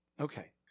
Okay